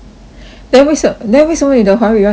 then 为什 then 为什么你的华语要讲到这样